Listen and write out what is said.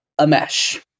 Amesh